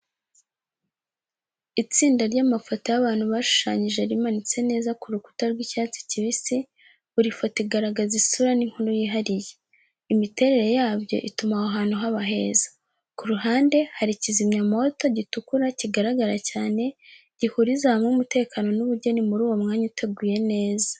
Itsinda ry'amafoto y’abantu bashushanyije rimanitse neza ku rukuta rw’icyatsi kibisi, buri foto igaragaza isura n’inkuru yihariye. Imiterere yabyo ituma aho hantu haba heza. Ku ruhande, hari kizimyamoto gitukura kigaragara cyane, gihuriza hamwe umutekano n'ubugeni muri uwo mwanya uteguye neza.